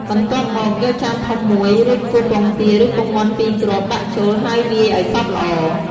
បន្ទាប់មក យកចានធំមួយ រួចគោះ ពងទា ឬពងមាន់ ២ គ្រាប់ ដាក់ចូល ហើយវាយឱ្យសព្វល្អ។